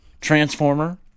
transformer